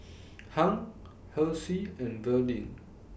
Hung Halsey and Verlyn